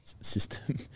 system